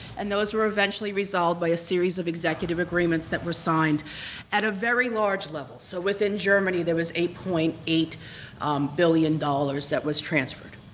and those were eventually resolved by a series of executive agreements that were signed at a very large level. so within germany there was eight point eight billion dollars that was transferred.